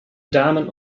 damen